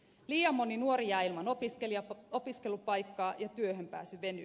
liian moni nuori jää ilman opiskelupaikkaa ja työhön pääsy venyy